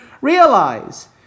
realize